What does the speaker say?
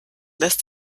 lässt